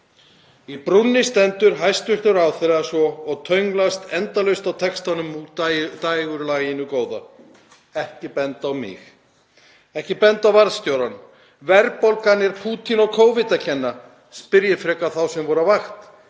Í brúnni stendur hæstv. ráðherra og tönnlast endalaust á textanum úr dægurlaginu góða: Ekki benda á mig, ekki benda á varðstjórann. Verðbólgan er Pútín og Covid að kenna. Spyrjið frekar þá sem voru á vakt.